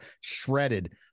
shredded